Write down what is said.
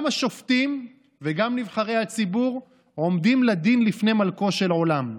גם השופטים וגם נבחרי הציבור עומדים לדין לפני מלכו של עולם.